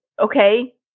Okay